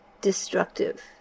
destructive